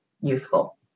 useful